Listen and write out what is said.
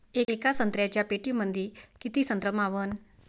येका संत्र्याच्या पेटीमंदी किती संत्र मावन?